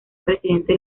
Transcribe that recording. presidente